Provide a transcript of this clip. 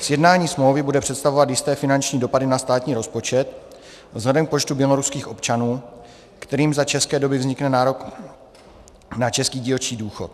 Sjednání smlouvy bude představovat jisté finanční dopady na státní rozpočet vzhledem k počtu běloruských občanů, kterým za české doby vznikne nárok na český dílčí důchod.